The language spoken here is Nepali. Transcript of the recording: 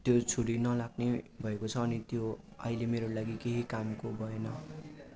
त्यो छुरी नलाग्ने भएको छ अनि त्यो अहिले मेरो लागि केही कामको भएन